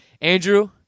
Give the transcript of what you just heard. Andrew